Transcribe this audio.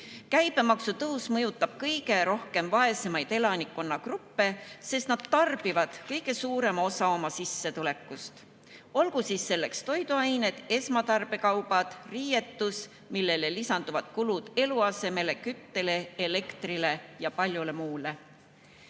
puuduta. Käibemaksu tõus mõjutab kõige rohkem vaesemaid elanikkonnagruppe, sest nad kulutavad kõige suurema osa oma sissetulekust tarbimisele. Olgu selleks toiduained, esmatarbekaubad, riietus, millele lisanduvad kulud eluasemele, küttele, elektrile ja paljule muule. Usun,